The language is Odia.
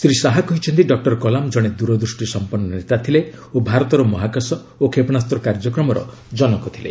ଶ୍ରୀ ଶାହା କହିଛନ୍ତି ଡକ୍କର କଲାମ ଜଣେ ଦୂରଦୃଷ୍ଟିସଂପନ୍ନ ନେତା ଥିଲେ ଓ ଭାରତର ମହାକାଶ ଓ କ୍ଷେପଶାସ୍ତ୍ର କାର୍ଯ୍ୟକ୍ରମର ଜନକ ଥିଲେ